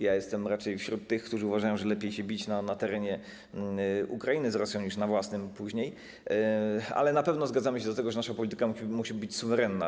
Ja jestem raczej wśród tych, którzy uważają, że lepiej się bić na terenie Ukrainy z Rosją niż później na własnym, ale na pewno zgadzamy się co do tego, że nasza polityka musi być suwerenna.